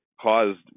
caused